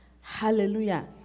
Hallelujah